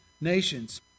nations